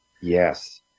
Yes